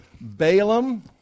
Balaam